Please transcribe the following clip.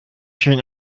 schön